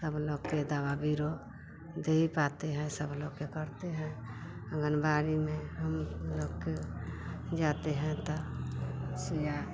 सब लोग के दवा बीरो जेही पाते हैं सब लोग के करते हैं आंगनबाड़ी में हम लोग के जाते हैं तौ सुइया